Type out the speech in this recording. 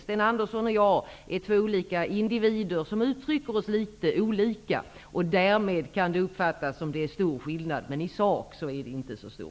Sten Andersson och jag är två olika individer som uttrycker oss litet olika. Därmed kan skillnaden uppfattas som stor, men i sak är den inte så stor.